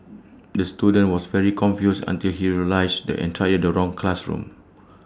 the student was very confused until he realised the entire the wrong classroom